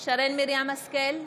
מרים השכל,